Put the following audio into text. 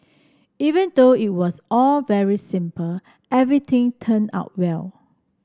even though it was all very simple everything turned out well